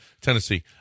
Tennessee